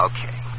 Okay